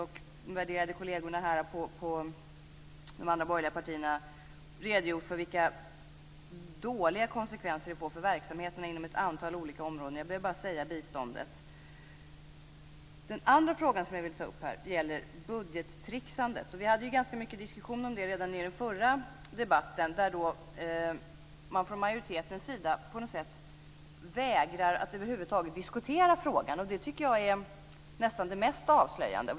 De värderade kollegerna från de andra borgerliga partierna har redogjort för vilka dåliga konsekvenser detta får för verksamheterna inom ett antal olika områden. Jag behöver bara säga biståndet. Den andra frågan jag vill ta upp här gäller budgettricksandet. Vi hade ju ganska mycket diskussion om det redan i den förra debatten, där man från majoritetens sida på något sätt vägrade att över huvud taget diskutera frågan. Det tycker jag är nästan det mest avslöjande.